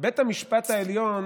בית המשפט העליון